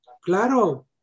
Claro